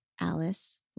Alice